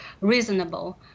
reasonable